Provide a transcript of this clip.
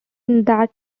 that